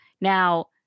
Now